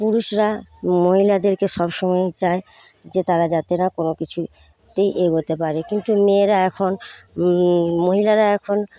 পুরুষরা মহিলাদেরকে সবসময়েই চায় যে তারা যাতে না কোনো কিছুতেই এগোতে পারে কিন্তু মেয়েরা এখন মহিলারা এখন